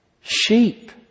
sheep